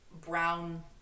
Brown